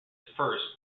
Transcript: first